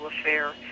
affair